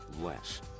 less